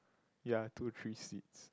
ya two three seeds